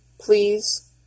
please